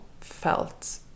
felt